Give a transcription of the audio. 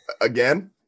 again